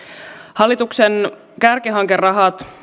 hallituksen kärkihankerahat